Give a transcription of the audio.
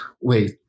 wait